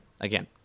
Again